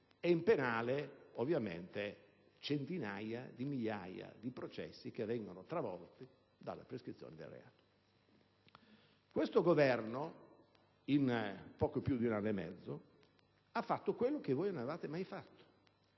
nel penale, centinaia di migliaia di processi che vengono travolti dalla prescrizione del reato. Questo Governo, in poco più di un anno e mezzo, ha fatto quello che voi non avevate mai fatto.